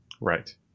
Right